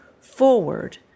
forward